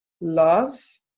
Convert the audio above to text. love